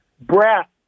breath